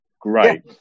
great